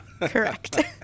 Correct